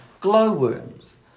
glowworms